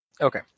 Okay